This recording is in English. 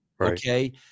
okay